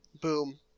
boom